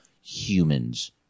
humans